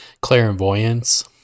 clairvoyance